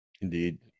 Indeed